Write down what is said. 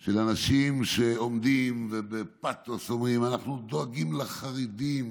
של אנשים שעומדים ובפתוס אומרים: אנחנו דואגים לחרדים,